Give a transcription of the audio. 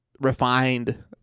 refined